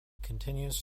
continues